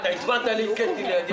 רבותיי, אני חייב לסיים את הישיבה.